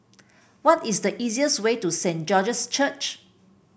what is the easiest way to Saint George's Church